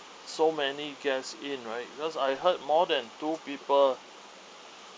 so many guests in right because I heard more than two people